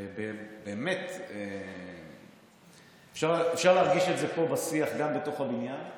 באמת אפשר להרגיש את זה פה בשיח בתוך הבניין,